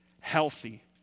healthy